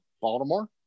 Baltimore